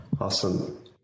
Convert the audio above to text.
Awesome